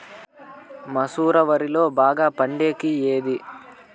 మసూర వరిలో బాగా పండేకి ఏది?